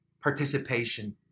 participation